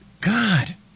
God